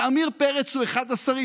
ועמיר פרץ הוא אחד השרים.